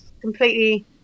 completely